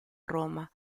roma